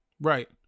Right